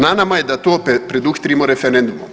Na nama je da to preduhitrimo referendumom.